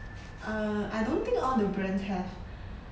err I don't think all the brands have